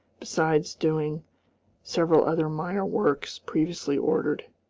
besides doing several other minor works previously ordered.